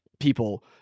people